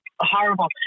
horrible